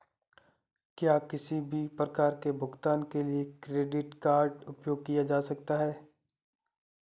क्या किसी भी प्रकार के भुगतान के लिए क्रेडिट कार्ड का उपयोग किया जा सकता है?